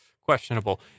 questionable